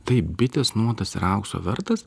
taip bitės nuodas yra aukso vertas